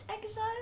Exile